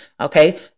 okay